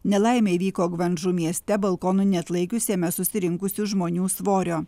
nelaimė įvyko gvandžu mieste balkonui neatlaikius jame susirinkusių žmonių svorio